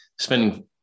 Spending